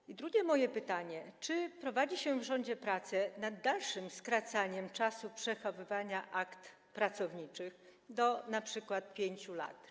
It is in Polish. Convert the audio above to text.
I drugie moje pytanie: Czy prowadzi się w rządzie prace nad dalszym skracaniem czasu przechowywania akt pracowniczych, np. do 5 lat?